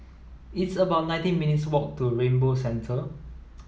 it's about nineteen minutes' walk to Rainbow Centre